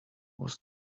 was